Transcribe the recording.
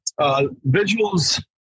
Visuals